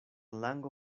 lango